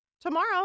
tomorrow